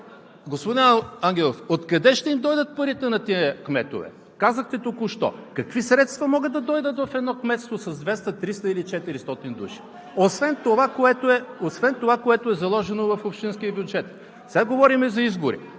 Господин Ангелов, откъде ще им дойдат парите на тези кметове? Казахте току-що: какви средства могат да дойдат в едно кметство с 200, 300 или 400 души, освен това, което е заложено в общинския бюджет? Сега говорим за избори.